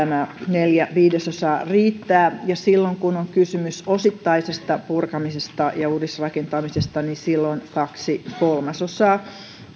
neljä viidesosaa riittää ja silloin kun on kysymys osittaisesta purkamisesta ja uudisrakentamisesta kaksi kolmasosaa